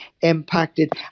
impacted